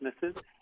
businesses